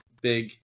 big